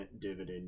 dividend